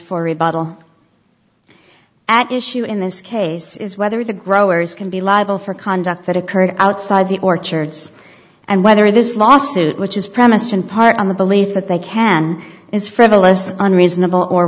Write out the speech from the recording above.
for a bottle at issue in this case is whether the growers can be liable for conduct that occurred outside the orchards and whether this lawsuit which is premised in part on the belief that they can is frivolous unreasonable or